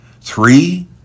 three